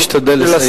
תשתדל לסיים.